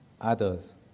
others